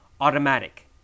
automatic